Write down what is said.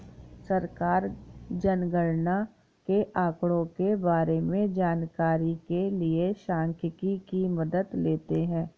सरकार जनगणना के आंकड़ों के बारें में जानकारी के लिए सांख्यिकी की मदद लेते है